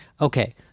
Okay